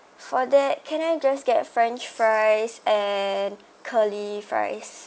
for that can I just get french fries and curly fries